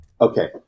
Okay